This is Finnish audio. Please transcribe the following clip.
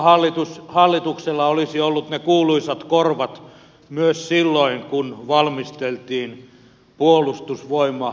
kunpa hallituksella olisi ollut ne kuuluisat korvat myös silloin kun valmisteltiin puolustusvoimauudistusta